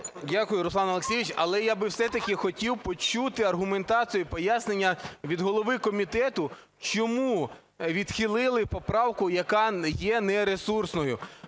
Дякую, Руслан Олексійович. Але я би все-таки хотів почути аргументацію і пояснення від голови комітету, чому відхилили поправку, яка є нересурсною.